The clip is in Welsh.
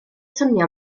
swnio